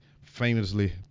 famously